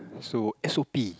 so s_o_p